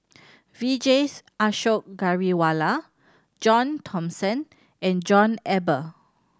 Vijesh Ashok Ghariwala John Thomson and John Eber